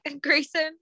Grayson